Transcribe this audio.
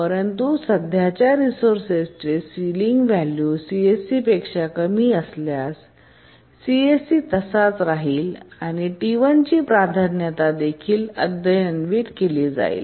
परंतु सध्याच्या रिसोर्सेस चे सिलिंग व्हॅल्यू CSCपेक्षा कमी असल्यास CSC तसाच राहील आणि T1ची प्राधान्य देखील अद्यतनित केली जाईल